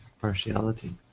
partiality